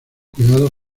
cuidados